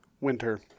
winter